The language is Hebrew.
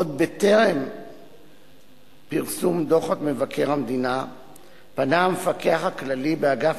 עוד טרם פרסום דוחות מבקר המדינה פנה המפקח הכללי באגף